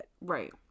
Right